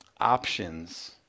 Options